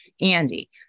Andy